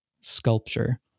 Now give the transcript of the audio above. sculpture